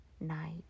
night